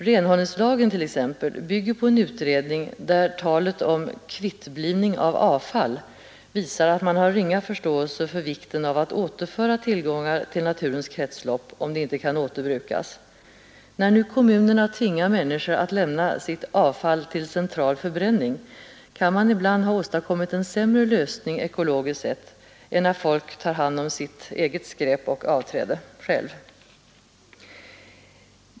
Renhållningslagen bygger t.ex. på en utredning, där talet om ”kvittblivning av avfall” visar att man har ringa förståelse för vikten av att återföra tillgångar till naturens kretslopp, om de inte kan återbrukas. När nu kommunerna tvingar människor att lämna sitt ”avfall” till central förbränning kan man ibland ha åstadkommit en sämre lösning, ekologiskt sett, än när människorna tar hand om sitt skräp och avfall själva.